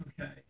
Okay